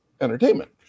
entertainment